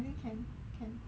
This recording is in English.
nine